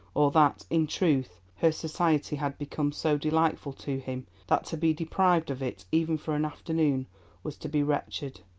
or that, in truth, her society had become so delightful to him that to be deprived of it even for an afternoon was to be wretched.